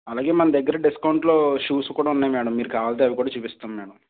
అలాగే మన దగ్గిర డిస్కౌంట్లో షూస్ కూడా ఉన్నాయ్ మ్యాడం మీరు కావల్తే అవి కూడా చూపిస్తాం మ్యాడం